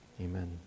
Amen